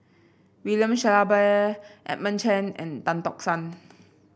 William Shellabear Edmund Chen and Tan Tock San